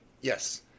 yes